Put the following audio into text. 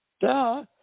Duh